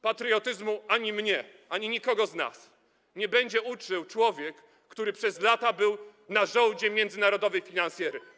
Patriotyzmu ani mnie, ani nikogo z nas nie będzie uczył człowiek, który przez lata był na żołdzie międzynarodowej finansjery.